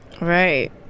Right